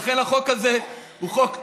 לכן, החוק הזה הוא חוק טוב,